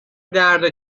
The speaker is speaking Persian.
دردا